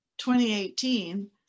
2018